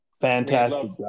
Fantastic